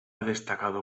destacado